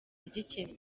gikemutse